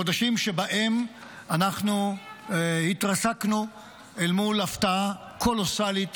חודשים שבהם אנחנו התרסקנו אל מול הפתעה קולוסלית